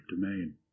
domain